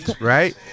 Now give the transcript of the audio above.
right